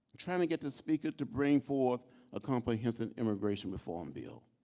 trying to get the speaker to bring forth a comprehensive immigration reform bill.